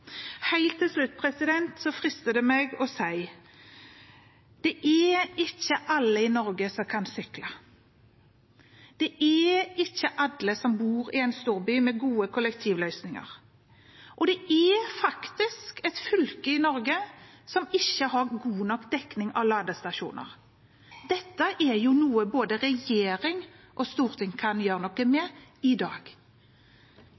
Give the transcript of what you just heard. Helt til slutt frister det meg å si: Det er ikke alle i Norge som kan sykle. Det er ikke alle som bor i en storby med gode kollektivløsninger. Og det er faktisk et fylke i Norge som ikke har god nok dekning av ladestasjoner. Dette er noe både regjering og storting kan gjøre noe